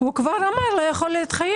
הוא כבר אמר שהוא לא יכול להתחייב.